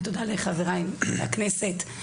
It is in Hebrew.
ותודה לחבריי בכנסת.